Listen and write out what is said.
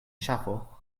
ŝafo